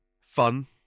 fun